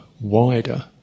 wider